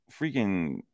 freaking